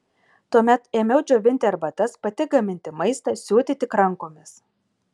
tuomet ėmiau džiovinti arbatas pati gaminti maistą siūti tik rankomis